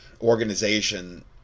organization